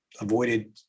avoided